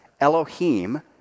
Elohim